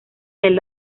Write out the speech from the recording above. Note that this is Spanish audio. del